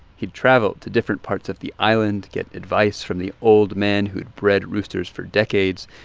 he'd travel to different parts of the island to get advice from the old men who'd bred roosters for decades.